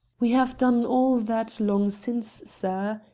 we have done all that long since, sir,